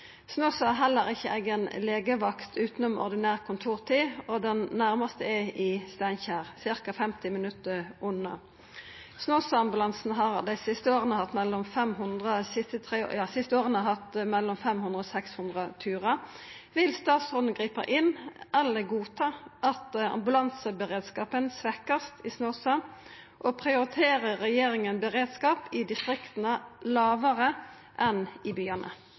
legevakt utenom ordinær kontortid, og den nærmeste er i Steinkjer, ca. 50 minutter unna. Snåsa-ambulansen har de siste årene hatt mellom 500 og 600 turer. Vil statsråden gripe inn eller godta at ambulanseberedskapen svekkes i Snåsa, og prioriterer regjeringen beredskap i distriktene lavere enn i byene?»